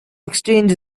exchange